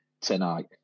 tonight